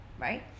Right